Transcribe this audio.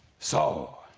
so